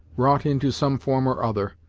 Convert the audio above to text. wrought into some form or other,